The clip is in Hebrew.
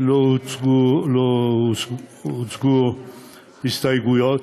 לא הוצגו הסתייגויות.